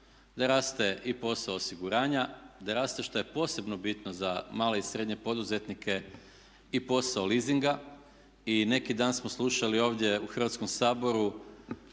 da raste i posao osiguranja, da raste što je posebno bitno za male i srednje poduzetnike i posao leasinga i neki dan smo slušali ovdje u Hrvatskom saboru